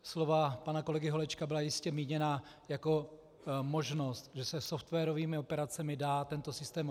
Slova pana kolegy Holečka byla jistě míněna jako možnost, že se softwarovými operacemi dá tento systém obelstít.